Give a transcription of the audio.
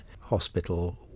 hospital